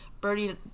Birdie